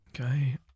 Okay